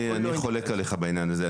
אני חולק עליך בעניין הזה.